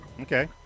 okay